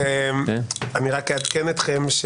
אעדכן אתכם,